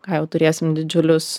ką jau turėsim didžiulius